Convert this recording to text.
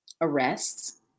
arrests